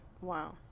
Wow